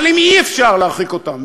אבל אם אי-אפשר להרחיק אותם,